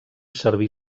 servir